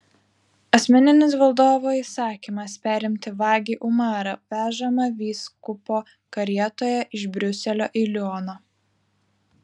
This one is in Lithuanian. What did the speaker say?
asmeninis valdovo įsakymas perimti vagį umarą vežamą vyskupo karietoje iš briuselio į lioną